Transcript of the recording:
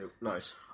Nice